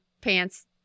pants